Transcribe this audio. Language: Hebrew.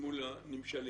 ידמו לנמשלים.